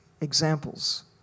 examples